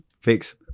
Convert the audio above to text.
fix